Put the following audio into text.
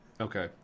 okay